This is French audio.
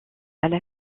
elle